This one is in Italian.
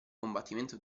combattimento